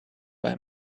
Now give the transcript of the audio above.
buy